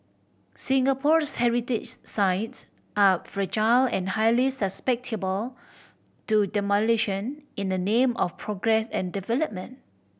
Singapore's heritage sites are fragile and highly susceptible to demolition in the name of progress and development